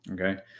Okay